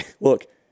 look